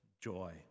joy